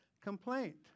complaint